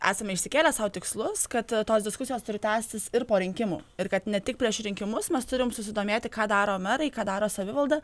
esame išsikėlę sau tikslus kad tos diskusijos turi tęstis ir po rinkimų ir kad ne tik prieš rinkimus mes turim susidomėti ką daro merai ką daro savivalda